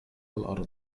الأرض